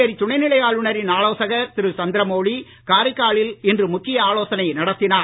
புதுச்சேரி துணை நிலை ஆளுநரின் ஆலோசகர் திரு சந்திர மவுலி காரைக்காலில் இன்று முக்கிய ஆலோசனை நடத்தினார்